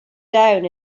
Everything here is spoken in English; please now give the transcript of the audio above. down